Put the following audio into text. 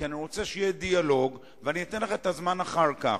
כי אני רוצה שיהיה דיאלוג ואני אתן לך את הזמן אחר כך.